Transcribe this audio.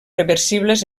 reversibles